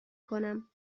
کنم